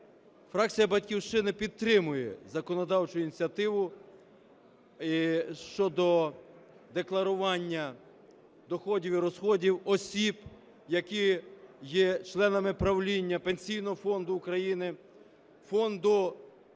Фракція "Батьківщина" підтримує законодавчу ініціативу щодо декларування доходів і розходів осіб, які є членами правління Пенсійного фонду України, Фонду соціального